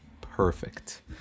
perfect